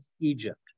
egypt